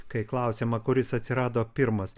kai klausiama kuris atsirado pirmas